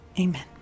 Amen